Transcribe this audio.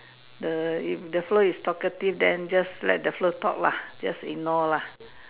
the if the fella is talkative then just let the fella talk lah just ignore lah